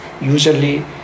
usually